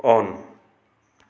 on